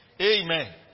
Amen